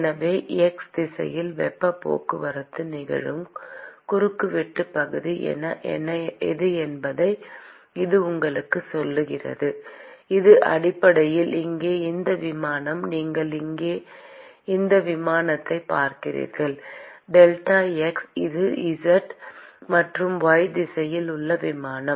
எனவே x திசையில் வெப்பப் போக்குவரத்து நிகழும் குறுக்குவெட்டுப் பகுதி எது என்பதை இது உங்களுக்குச் சொல்கிறது அது அடிப்படையில் இங்கே இந்த விமானம் நீங்கள் இங்கே இந்த விமானத்தைப் பார்க்கிறீர்கள் டெல்டா x இது z மற்றும் y திசையில் உள்ள விமானம்